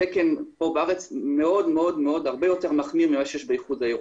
התקן בארץ הרבה יותר מחמיר מהקיים באיחוד האירופי.